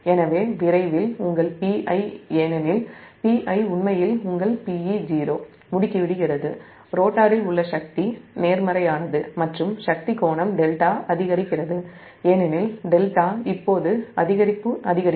எனவே விரைவில் உங்கள் Pi உண்மையில் உங்கள் Pe0 ரோட்டரில் உள்ள சக்தி முடுக்கிவிடுகிறது நேர்மறையானது மற்றும் சக்தி கோணம் δ அதிகரிக்கிறது ஏனெனில் δ இப்போது அதிகரிக்கும்